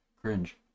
cringe